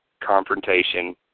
confrontation